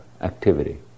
activity